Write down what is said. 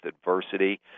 adversity